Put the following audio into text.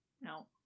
No